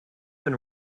been